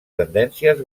tendències